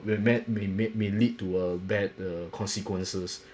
will met may made may lead to a bad uh consequences